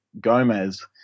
Gomez